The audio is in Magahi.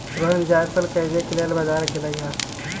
रोहण जाएफल खरीदे के लेल बजार गेलई ह